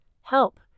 Help